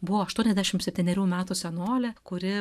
buvo aštuoniasdešimt septynerių metų senolė kuri